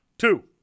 Two